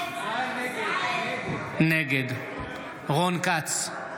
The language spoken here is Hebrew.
נגד רון כץ,